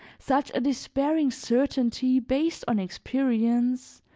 such a despairing certainty based on experience,